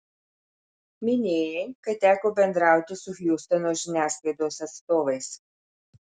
minėjai kad teko bendrauti su hjustono žiniasklaidos atstovais